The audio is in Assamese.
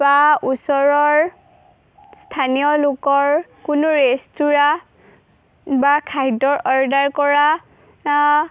বা ওচৰৰ স্থানীয় লোকৰ কোনো ৰেষ্টুৰা বা খাদ্য অৰ্ডাৰ কৰা